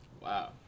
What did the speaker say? wow